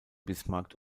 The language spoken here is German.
bismarck